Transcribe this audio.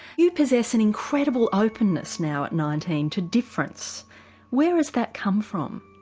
you possess an incredible openness now at nineteen to difference where has that come from?